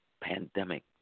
pandemic